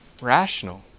rational